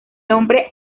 nombre